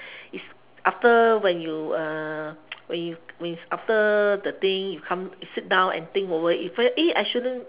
it's after when you uh when you when you after the thing you come you sit down and think over you first eh I shouldn't